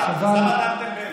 אז למה דנתם באילת?